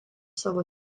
savo